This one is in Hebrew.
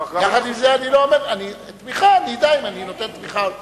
כך גם, תמיכה, אני אדע אם אני נותן תמיכה או לא.